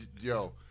Yo